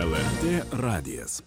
lrt radijas